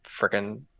freaking